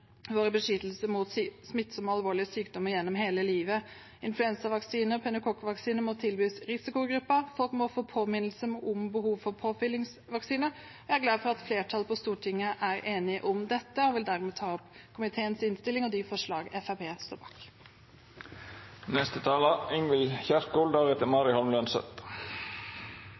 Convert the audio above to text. våre beskyttelse mot smittsomme og alvorlige sykdommer gjennom hele livet. Influensavaksine og pneumokokkvaksine må tilbys risikogruppen, og folk må få en påminnelse om behovet for påfyllingsvaksine. Jeg er glad for at flertallet på Stortinget er enige om dette. Fokuset på vaksiner har aldri vært større. Verden står nå midt i en pandemi, og